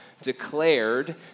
declared